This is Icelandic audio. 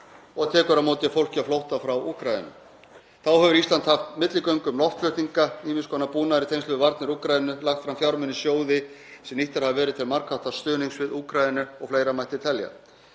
og tekur á móti fólki á flótta frá Úkraínu. Þá hefur Ísland haft milligöngu um loftflutninga ýmiss konar búnaðar í tengslum við varnir Úkraínu, lagt fram fjármuni í sjóði sem nýttir hafa verið til margháttaðs stuðnings við Úkraínu og fleira mætti telja.